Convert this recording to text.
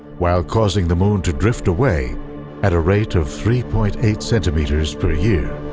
while causing the moon to drift away at a rate of three point eight centimeters per year.